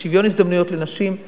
על שוויון הזדמנויות לנשים,